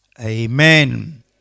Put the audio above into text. amen